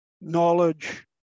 knowledge